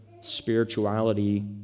spirituality